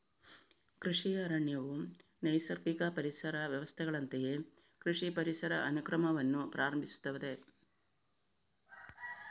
ಕೃಷಿ ಅರಣ್ಯವು ನೈಸರ್ಗಿಕ ಪರಿಸರ ವ್ಯವಸ್ಥೆಗಳಂತೆಯೇ ಕೃಷಿ ಪರಿಸರ ಅನುಕ್ರಮವನ್ನು ಪ್ರಾರಂಭಿಸುತ್ತದೆ